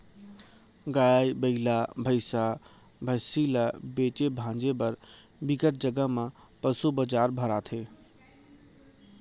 गाय, बइला, भइसा, भइसी ल बेचे भांजे बर बिकट जघा म पसू बजार भराथे